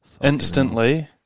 Instantly